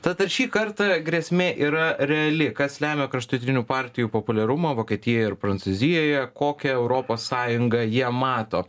tad ar šį kartą grėsmė yra reali kas lemia kraštutinių partijų populiarumo vokietijoje ir prancūzijoje kokią europos sąjungą jie mato